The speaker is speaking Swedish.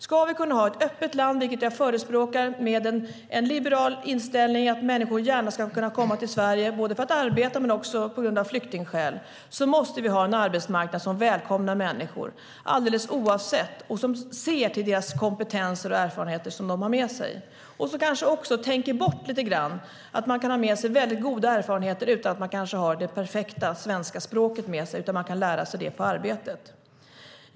Ska vi kunna ha ett öppet land - vilket jag förespråkar - med en liberal inställning om att människor gärna ska få komma till Sverige, för att arbeta men också på grund av flyktingskäl, måste vi ha en arbetsmarknad som välkomnar människor och som ser till de kompetenser och erfarenheter som de har med sig och som också kanske tänker bort en del saker och tänker att man kan ha med sig väldigt goda erfarenheter utan att man har det perfekta svenska språket med sig utan kan lära sig det på arbetet.